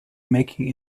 making